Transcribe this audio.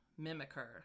mimicker